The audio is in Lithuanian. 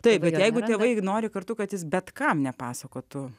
taip bet jeigu tėvai nori kartu kad jis bet kam nepasakotų